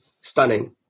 stunning